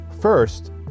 First